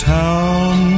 town